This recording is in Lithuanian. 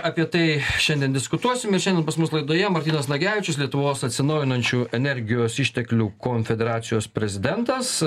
apie tai šiandien diskutuosim ir šiandien pas mus laidoje martynas nagevičius lietuvos atsinaujinančių energijos išteklių konfederacijos prezidentas